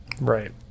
Right